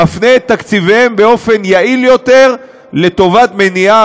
מפנה את תקציביהם באופן יעיל יותר לטובת מניעה,